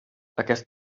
aquest